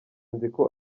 nziko